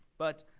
but,